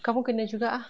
kau pun kena juga ah